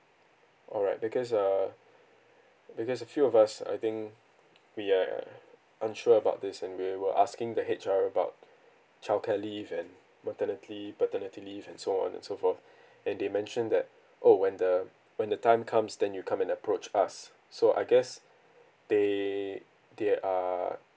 alright because err because a few of us I think we're unsure about this and we were asking the H_R about childcare leave and maternity paternity leave and so on and so forth and they mentioned that oh when the when the time comes then you come and approach us so I guess they they are